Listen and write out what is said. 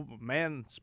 man